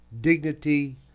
dignity